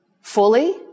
fully